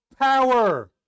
power